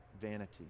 vanity